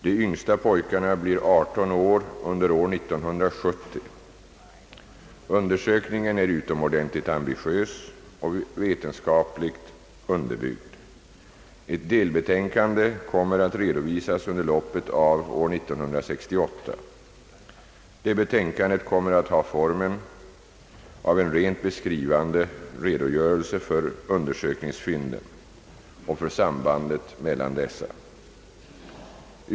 De yngsta pojkarna blir 18 år under år 1970. Undersökningen är utomordentligt ambitiös och vetenskapligt underbyggd. Ett delbetänkande kommer att redovisas under loppet av år 1968. Detta betänkande kommer att ha formen av en rent beskrivande redogörelse för undersökningsfynden och för sambandet mellan dessa.